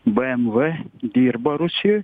bmw dirba rusijoj